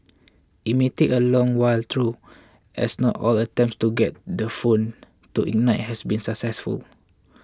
it may take a long while through as not all attempts to get the phone to ignite has been successful